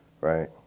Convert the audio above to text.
right